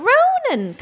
Ronan